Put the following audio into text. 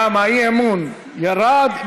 גם האי-אמון ירד,